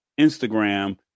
Instagram